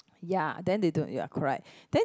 ya then they don't you're correct